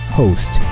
host